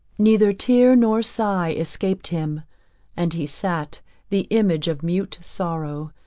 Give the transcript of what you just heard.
neither tear nor sigh escaped him and he sat the image of mute sorrow,